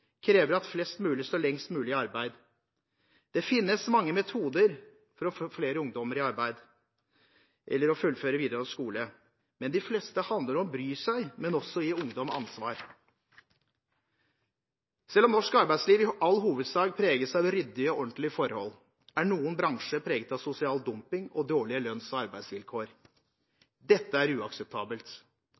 krever at flest mulig står lengst mulig i arbeid. Det finnes mange metoder for å få flere ungdommer i arbeid eller til å fullføre videregående skole. De fleste handler om å bry seg, men også om å gi ungdom ansvar. Selv om norsk arbeidsliv i all hovedsak preges av ryddige og ordentlige forhold, er noen bransjer preget av sosial dumping og dårlige lønns- og arbeidsvilkår. Dette er uakseptabelt,